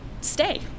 stay